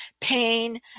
Pain